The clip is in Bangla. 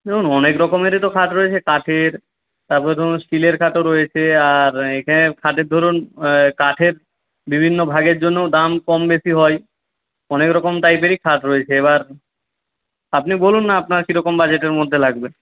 দেখুন অনেকরকমেরই তো খাট রয়েছে কাঠের তারপরে ধরুন স্টিলের খাটও রয়েছে আর এইখানে খাটের ধরুন কাঠের বিভিন্ন ভাগের জন্যও দাম কম বেশি হয় অনেক রকম টাইপেরই খাট রয়েছে এবার আপনি বলুন না আপনার কীরকম বাজেটের মধ্যে লাগবে